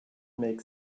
make